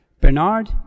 Bernard